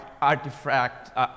artifact